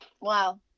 wow